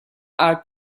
are